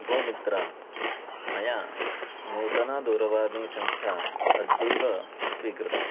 भो मित्र मया नूतनदूरवाणीसंख्या अद्यैव स्वीकृता